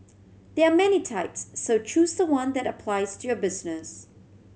there are many types so choose the one that applies to your business